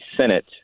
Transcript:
Senate